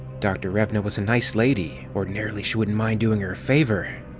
dr. revna was a nice lady, ordinarily she wouldn't mind doing her a favor,